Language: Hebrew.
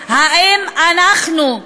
האם אנחנו,